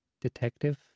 Detective